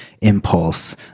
impulse